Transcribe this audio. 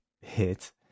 hit